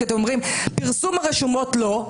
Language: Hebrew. כי אתם אומרים שפרסום הרשומות לא.